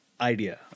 Idea